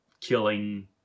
killing